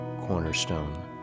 cornerstone